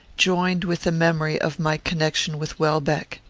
joined with the memory of my connection with welbeck.